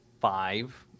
five